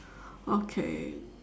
okay